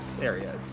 area